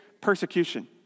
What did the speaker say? persecution